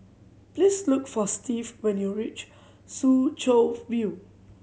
please look for Steve when you reach Soo Chow View